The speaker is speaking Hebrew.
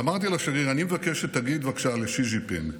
אמרתי לו שאני מבקש שיגיד בבקשה לשי ג'ינפינג,